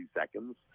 seconds